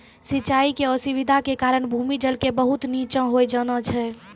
सिचाई के असुविधा के कारण भूमि जल के बहुत नीचॅ होय जाना छै